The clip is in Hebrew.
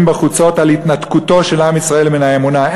בחוצות על התנתקותו של עם ישראל מן האמונה.